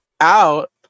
out